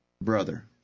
brother